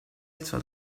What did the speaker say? alzò